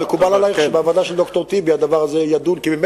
מקובל עלייך שהדבר הזה יידון בוועדה של ד"ר טיבי?